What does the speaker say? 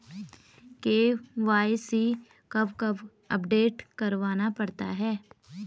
KYC कब कब update करवाना पड़ता है?